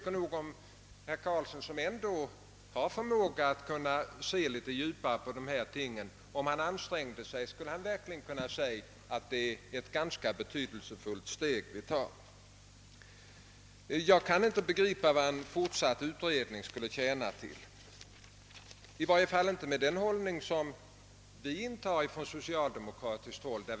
Herr Karlsson som ändå har förmåga att kunna se litet djupare på dessa ting skulle — om han ansträngde sig — verkligen kunna se att det steg vi nu tar är ganska betydelsefullt. Jag kan inte begripa vad en fortsatt utredning skulle tjäna till, i varje fall inte med den hållning som vi från socialdemokratiskt håll nu intar.